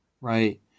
Right